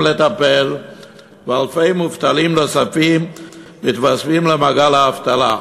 לטפל ואלפי מובטלים נוספים מתווספים למעגל האבטלה.